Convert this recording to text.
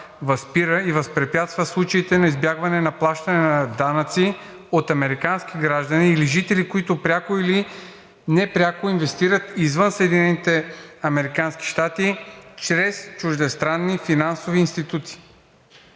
възпира и възпрепятства случаите на избягване на плащане на данъци от американски граждани или жители, които пряко или непряко инвестират извън Съединените американски щати чрез чуждестранни финансови институти.